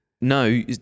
No